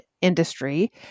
industry